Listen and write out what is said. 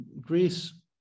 Greece